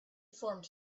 formed